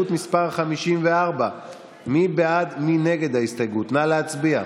אני מבקש לא להפריע.